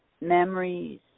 memories